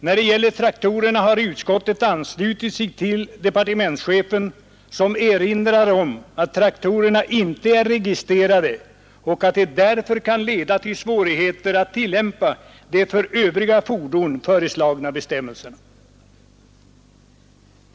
När det gäller traktorerna har utskottet anslutit sig till departementschefen, som erinrar om att traktorerna inte är registrerade och att det därför kan leda till svårigheter att tillämpa de för övriga fordon föreslagna bestämmelserna.